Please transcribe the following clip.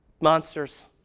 monsters